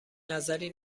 نظری